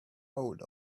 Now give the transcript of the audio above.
old